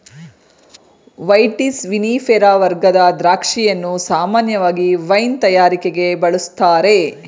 vitis vinifera ವರ್ಗದ ದ್ರಾಕ್ಷಿಯನ್ನು ಸಾಮಾನ್ಯವಾಗಿ ವೈನ್ ತಯಾರಿಕೆಗೆ ಬಳುಸ್ತಾರೆ